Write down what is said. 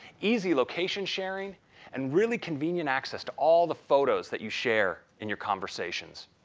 easy location sharing and really convenient access to all the photos that you share in your conversations.